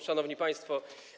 Szanowni Państwo!